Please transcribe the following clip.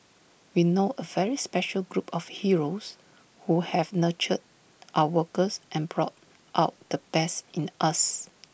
we know A very special group of heroes who have nurtured our workers and brought out the best in us